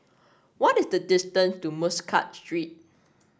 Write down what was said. what is the distance to Muscat Street